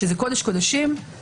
גם שם נעשה שימוש במילה נחוצה.